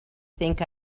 think